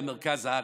במרכז הארץ.